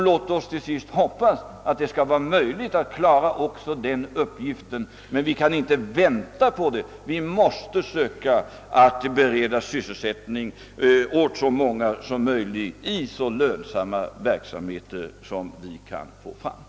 Låt oss hoppas att det skall vara möjligt att klara också denna uppgift, men vi kan inte vänta på det. Vi måste söka att bereda sysselsättning åt så många som möjligt i så lönsamma verksamheter som vi kan åstadkomma.